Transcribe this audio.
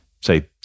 say